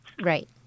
Right